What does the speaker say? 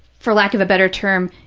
for lack of a better term,